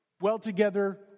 well-together